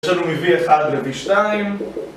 יש לנו מ-v1 ל-v2